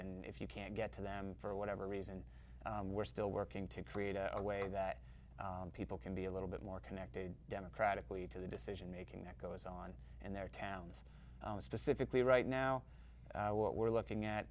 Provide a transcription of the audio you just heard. and if you can't get to them for whatever reason we're still working to create a way that people can be a little bit more connected democratically to the decision making that goes on in their towns specifically right now what we're looking at